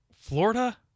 Florida